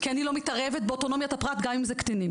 כי אני לא מתערבת באוטונומית הפרט גם אם זה קטינים.